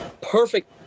perfect